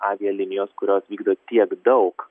avialinijos kurios vykdo tiek daug